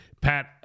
Pat